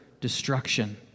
destruction